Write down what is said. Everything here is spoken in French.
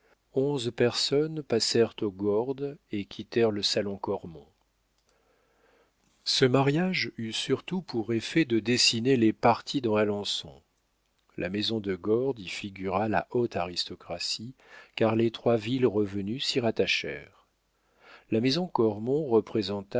onze personnes passèrent aux gordes et quittèrent le salon cormon ce mariage eut surtout pour effet de dessiner les partis dans alençon la maison de gordes y figura la haute aristocratie car les troisville revenus s'y rattachèrent la maison cormon